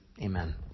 Amen